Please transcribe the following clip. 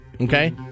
Okay